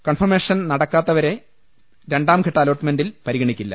confirmation നടത്താത്തവരെ രണ്ടാം ഘട്ട അലോട്ട്മെന്റിൽ പരിഗ ണിക്കില്ല